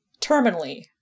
terminally